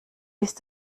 ist